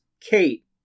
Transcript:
Kate